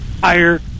higher